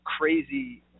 crazy